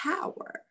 power